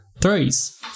Threes